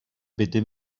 bitte